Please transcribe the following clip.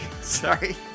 Sorry